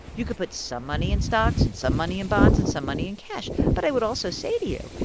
you could put some money in stocks and some money in bonds and some money in cash. but i would also say to you,